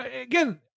Again